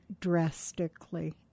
drastically